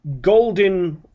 golden